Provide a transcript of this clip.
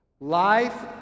life